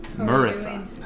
Marissa